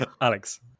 Alex